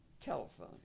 telephone